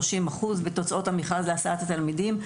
30% בתוצאות המכרז להסעת התלמידים.